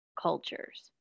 cultures